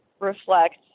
reflect